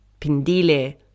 Pindile